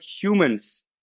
Humans